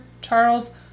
Charles